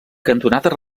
cantonades